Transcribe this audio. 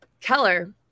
Keller